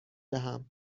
دهم